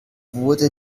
wurde